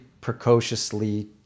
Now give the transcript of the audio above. precociously